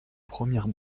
premières